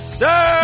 sir